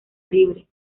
libre